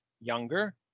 younger